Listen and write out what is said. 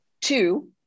Two